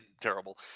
terrible